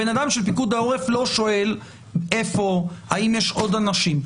הבן של פיקוד העורף לא שואל איפה והאם יש עוד אנשים.